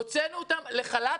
הוצאנו אותם לחל"ת,